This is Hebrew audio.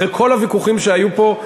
אחרי כל הוויכוחים שהיו פה,